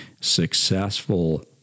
successful